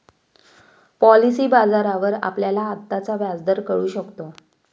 policy बाजारावर आपल्याला आत्ताचा व्याजदर कळू शकतो